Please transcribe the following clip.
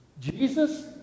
Jesus